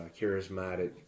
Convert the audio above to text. charismatic